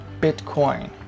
Bitcoin